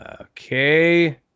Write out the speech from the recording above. Okay